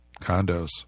condos